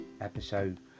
episode